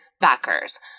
backers